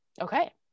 okay